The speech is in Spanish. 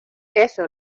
eso